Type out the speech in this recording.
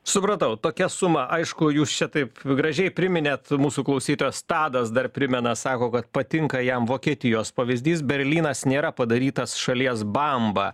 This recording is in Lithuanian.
supratau tokia suma aišku jūs čia taip gražiai priminėt mūsų klausytojas tadas dar primena sako kad patinka jam vokietijos pavyzdys berlynas nėra padarytas šalies bamba